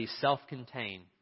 self-contained